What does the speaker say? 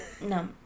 No